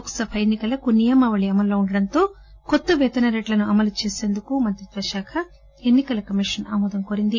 లోక్ సభ ఎన్సి కలకు నియమావళి అమల్లో ఉండటంతో కొత్త పేతన రేట్లను అమలు చేసేందుకు మంత్రిత్వశాఖ ఎన్ని కల కమిషన్ ఆమోదం కోరింది